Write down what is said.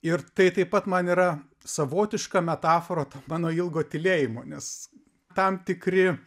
ir tai taip pat man yra savotiška metafora to mano ilgo tylėjimo nes tam tikri